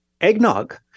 Eggnog